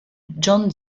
john